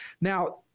Now